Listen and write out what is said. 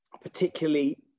particularly